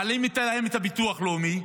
מעלים את הביטוח לאומי,